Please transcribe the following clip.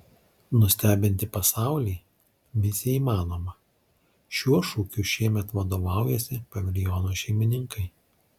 nustebinti pasaulį misija įmanoma šiuo šūkiu šiemet vadovaujasi paviljono šeimininkai